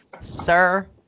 Sir